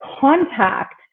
contact